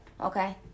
okay